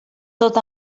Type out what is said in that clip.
tot